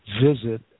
visit